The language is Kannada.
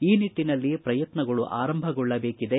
ಈ ನಿಟ್ಟನಲ್ಲಿ ಪ್ರಯತ್ನಗಳು ಆರಂಭಗೊಳ್ಳಬೇಕಿದೆ